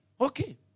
Okay